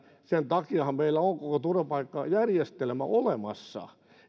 sen takiahan meillä on koko turvapaikkajärjestelmä olemassa